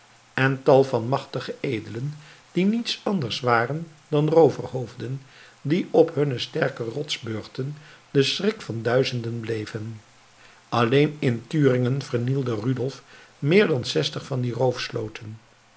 en tal van machtige edelen die niets anders waren dan rooverhoofden die op hunne sterke rotsburchten de schrik van duizenden bleven alleen in thüringen vernielde rudolf meer dan zestig van die